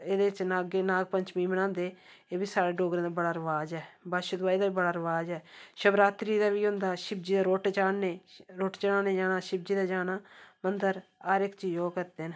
एह्दे च नागे च नाग पंचमी बनांदे ऐ बी साढ़े डोगरे दा बडड़ा रिवाज ऐ बच्छदुआही दा बी बड़ा रिवाज ऐ शिबरात्री दा बी होंदा शिबजी दी रुट चाढ़ने रुट चाढ़ने गी जाना शिबजी दे जाना मंदर हर इक चीज ओह् करदे न